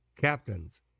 captains